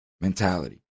mentality